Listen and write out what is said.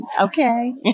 Okay